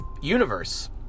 universe